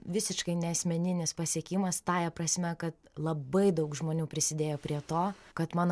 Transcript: visiškai ne asmeninis pasiekimas tąja prasme kad labai daug žmonių prisidėjo prie to kad mano